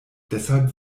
deshalb